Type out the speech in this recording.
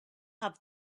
have